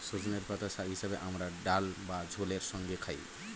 সজনের পাতা শাক হিসেবে আমরা ডাল বা ঝোলের সঙ্গে খাই